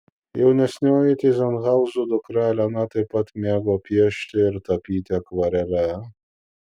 jaunesnioji tyzenhauzų dukra elena taip pat mėgo piešti ir tapyti akvarele